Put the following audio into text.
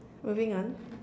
moving on